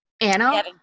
Anna